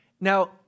Now